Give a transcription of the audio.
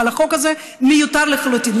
אבל החוק הזה מיותר לחלוטין.